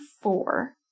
four